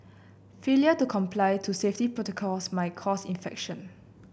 failure to comply to safety protocols may cause infection